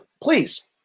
Please